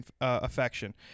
affection